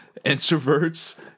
Introverts